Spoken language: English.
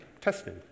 testing